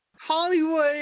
Hollywood